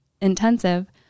intensive